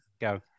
Go